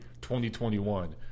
2021